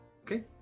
Okay